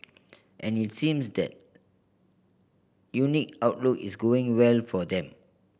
and it seems that unique outlook is going well for them